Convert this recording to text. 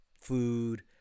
food